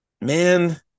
man